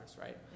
right